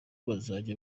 bazajya